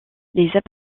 les